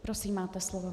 Prosím, máte slovo.